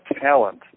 talent